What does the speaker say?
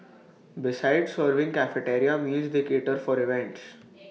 besides serving cafeteria meals they cater for the events